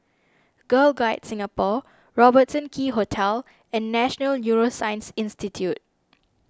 Girl Guides Singapore Robertson Quay Hotel and National Neuroscience Institute